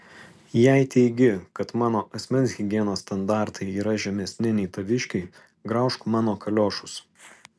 jei teigi kad mano asmens higienos standartai yra žemesni nei taviškiai graužk mano kaliošus